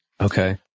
Okay